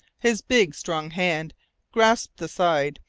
his big, strong hand grasped the side,